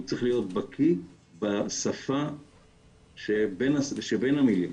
הוא צריך להיות בקיא בשפה שבין המילים,